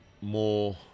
more